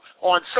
On